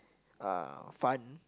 uh fun